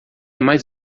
mais